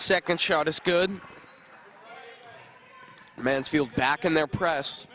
second shot as good mansfield back in their press